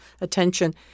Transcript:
attention